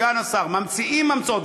סגן השר, ממציאים המצאות.